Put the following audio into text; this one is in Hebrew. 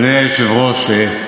אדוני היושב-ראש.